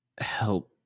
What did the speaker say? help